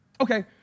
Okay